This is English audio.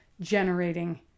generating